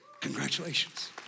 congratulations